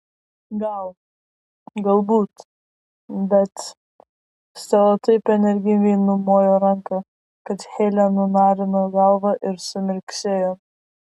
gal galbūt bet stela taip energingai numojo ranka kad heile nunarino galvą ir sumirksėjo